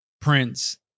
Prince